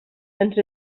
ens